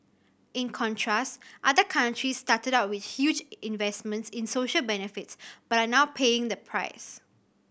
in contrast other countries started out with huge investments in social benefits but are now paying the price